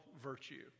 virtue